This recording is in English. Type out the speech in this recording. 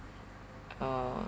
uh